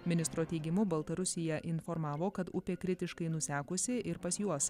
ministro teigimu baltarusija informavo kad upė kritiškai nusekusi ir pas juos